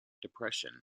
depression